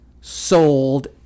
sold